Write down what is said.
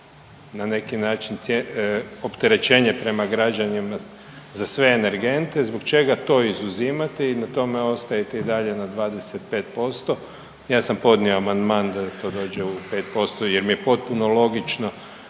na neki način opterećenje prema građanima za sve energente zbog čega to izuzimate i na tome ostajete i dalje na 25%? Ja sam podnio amandman da to dođe u 5% jer mi je potpuno logično